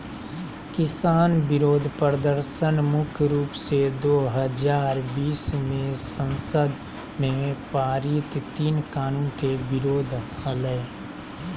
किसान विरोध प्रदर्शन मुख्य रूप से दो हजार बीस मे संसद में पारित तीन कानून के विरुद्ध हलई